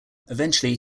eventually